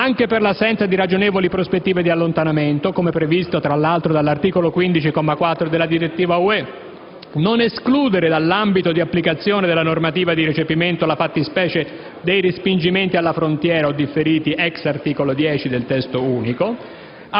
anche per assenza di ragionevoli prospettive di allontanamento, come previsto dall'articolo 15, comma 4 della direttiva UE; non escludere dall'ambito di applicazione della normativa di recepimento la fattispecie dei respingimenti alla frontiera o differiti *ex* articolo 10 del Testo unico